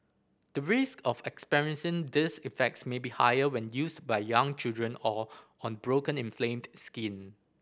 the risk of experiencing these effects may be higher when used by young children or on broken inflamed skin